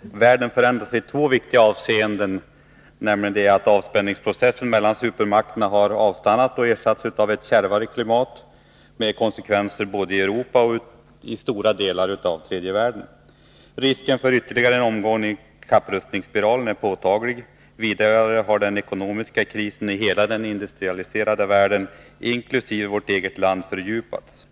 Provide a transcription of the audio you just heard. världen förändrats i två viktiga avseenden. Avspänningsprocessen mellan supermakterna har avstannat och ersatts av ett kärvare klimat med konsekvenser såväl i Europa som i stora delar av tredje världen. Risken för ytterligare en omgång i kapprustningsspiralen är påtaglig. Vidare har den ekonomiska krisen i hela den industrialiserade världen, inkl. vårt eget land, fördjupats.